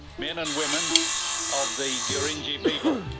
men and women of the gurindji people,